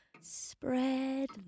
Spread